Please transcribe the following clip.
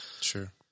Sure